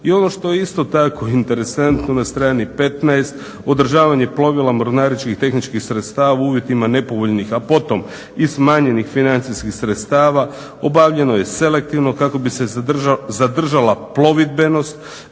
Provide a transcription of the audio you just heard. I ono što je isto tako interesantno na strani 15. održavanje plovila mornaričkih i tehničkih sredstava u uvjetima nepovoljnih, a potom i smanjenih financijskih sredstava obavljeno je selektivno kako bi se zadržala plovidbenost